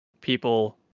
people